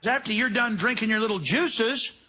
after you're done drinking your little juices,